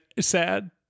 sad